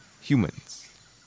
humans